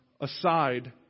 aside